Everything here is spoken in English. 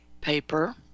paper